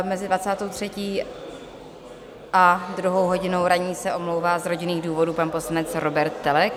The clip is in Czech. Mezi dvacátou třetí a druhou hodinou ranní se omlouvá z rodinných důvodů pan poslanec Róbert Teleky.